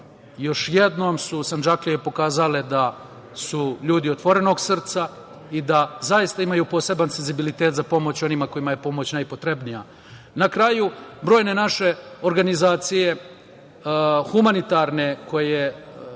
Još jednom su Sandžaklije pokazale da su ljudi otvorenog srca i da zaista imaju poseban senzibilitet za pomoć onima kojima je pomoć najpotrebnija. Na kraju, brojne naše organizacije humanitarne koje rade